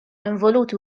involuti